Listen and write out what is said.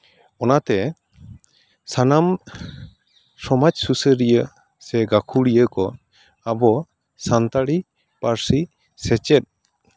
ᱚᱱᱟᱛᱮ ᱥᱟᱱᱟᱢ ᱥᱚᱢᱟᱡᱽ ᱥᱩᱥᱟᱹᱨᱤᱭᱟᱹ ᱥᱮ ᱜᱟᱹᱠᱷᱩᱲᱤᱭᱟᱹ ᱠᱚ ᱟᱵᱚ ᱥᱟᱱᱛᱟᱲᱤ ᱯᱟᱹᱨᱥᱤ ᱥᱮᱪᱮᱫ